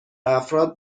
افراد